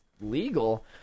legal